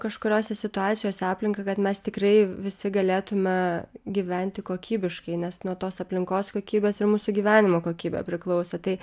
kažkuriose situacijose aplinką kad mes tikrai visi galėtume gyventi kokybiškai nes nuo tos aplinkos kokybės ir mūsų gyvenimo kokybė priklauso tai